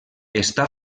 està